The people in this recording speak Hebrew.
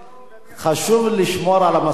חשוב לשמור על המסורת.